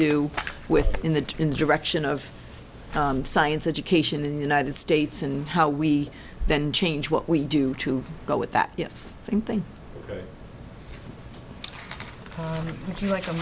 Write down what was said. do with in the in the direction of science education in the united states and how we then change what we do to go with that yes same thing